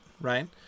right